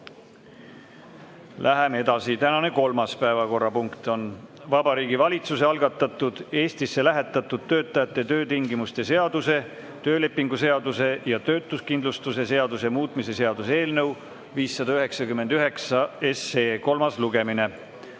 Läheme edasi. Tänane kolmas päevakorrapunkt on Vabariigi Valitsuse algatatud Eestisse lähetatud töötajate töötingimuste seaduse, töölepingu seaduse ja töötuskindlustuse seaduse muutmise seaduse eelnõu 599 kolmas lugemine.